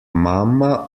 mamma